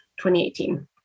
2018